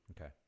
Okay